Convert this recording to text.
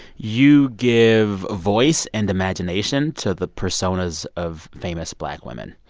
you give voice and imagination to the personas of famous black women.